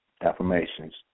affirmations